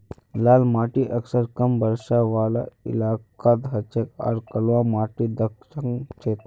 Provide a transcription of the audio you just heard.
लाल माटी अक्सर कम बरसा वाला इलाकात हछेक आर कलवा माटी दक्कण क्षेत्रत